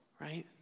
right